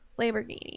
Lamborghini